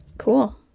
Cool